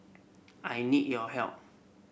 I need your help